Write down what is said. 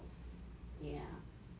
ya